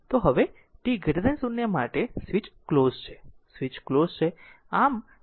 તો હવે t 0 માટે સ્વીચ ક્લોઝ છે સ્વીચ ક્લોઝ છે